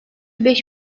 beş